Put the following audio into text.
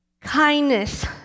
Kindness